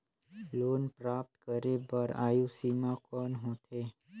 Loan प्राप्त करे बर आयु सीमा कौन होथे?